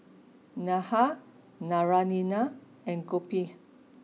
Medha Naraina and Gopinath